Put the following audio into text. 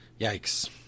Yikes